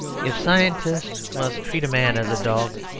if scientists must treat a man as a dog,